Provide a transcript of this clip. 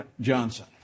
Johnson